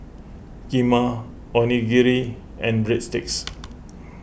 Kheema Onigiri and Breadsticks